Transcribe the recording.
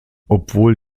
obwohl